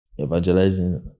evangelizing